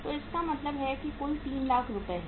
तो इसका मतलब है कि कुल 3 लाख रुपये है